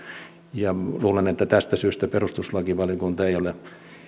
ja luulen että tästä syystä perustuslakivaliokunta ei ole